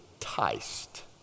enticed